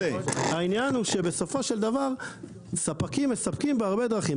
העניין הוא שבסופו של דבר ספקים מספקים בהרבה דרכים,